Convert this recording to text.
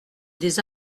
des